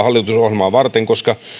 hallitusohjelmaa varten koska